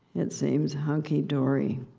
it seems hunky-dory.